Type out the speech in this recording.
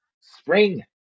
spring